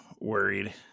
worried